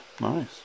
Nice